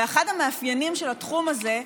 ואחד המאפיינים של התחום הזה,